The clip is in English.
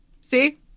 see